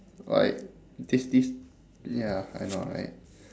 like this this ya I know right